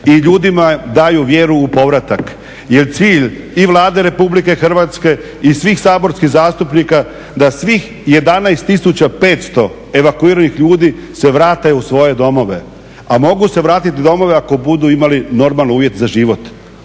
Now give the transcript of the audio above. i ljudima daju vjeru u povratak jer cilj i Vlade Republike Hrvatske i svih saborskih zastupnika da svih 11 500 evakuiranih ljudi se vrate u svoje domove, a mogu se vratit u domove ako budu imali normalne uvjete za život.